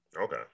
okay